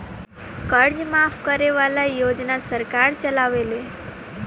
कर्जा माफ करे वाला योजना सरकार चलावेले